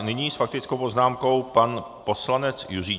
Nyní s faktickou poznámkou pan poslanec Juříček.